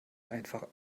einfach